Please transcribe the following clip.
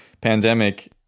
pandemic